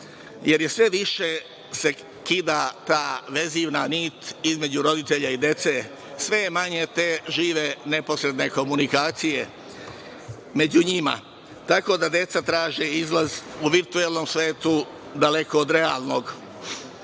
jer se sve više kida ta vezivna nit između roditelja i dece. Sve je manje te žive neposredne komunikacije među njima, tako da deca traže izlaz u virtuelnom svetu, daleko od realnog.